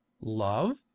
Love